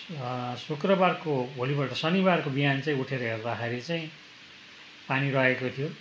शुक्रवारको भोलिपल्ट शनिवारको बिहान चाहिँ उठेर हेर्दाखेरि चाहिँ पानी रहेको थियो